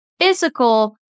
physical